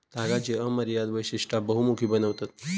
तागाची अमर्याद वैशिष्टा बहुमुखी बनवतत